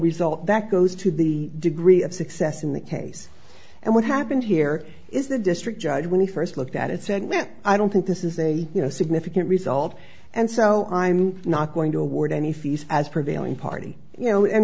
result that goes to the degree of success in the case and what happened here is the district judge when we first looked at it said when i don't think this is a significant result and so i'm not going to award any fees as prevailing party you know